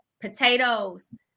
potatoes